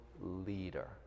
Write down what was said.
leader